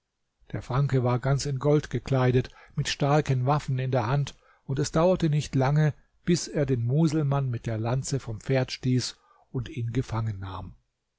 der franke war ganz in gold gekleidet mit starken waffen in der hand und es dauerte nicht lange bis er den muselmann mit der lanze vom pferd stieß und ihn gefangen